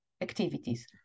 activities